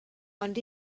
ond